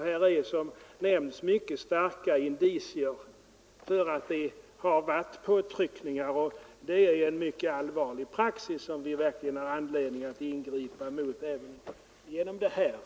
Här finns, som nämnts, mycket starka indicier på att det har förekommit påtryckningar, och det är en mycket allvarlig praxis som vi har anledning att stävja med ett ställningstagande i detta ärende.